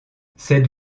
cette